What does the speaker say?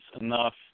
enough